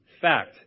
fact